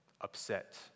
upset